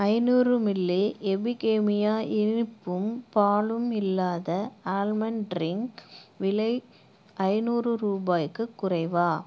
ஐநூறு மில்லி எபிகேமியா இனிப்பும் பாலும் இல்லாத ஆல்மண்ட் டிரிங்க் விலை ஐநூறு ரூபாய்க்கு குறைவா